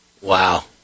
Wow